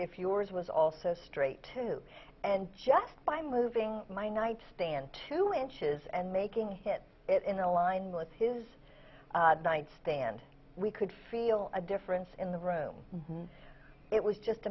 if yours was also straight too and just by moving my nightstand two inches and making hit it in a line with his nightstand we could feel a difference in the room and it was just